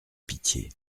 pitié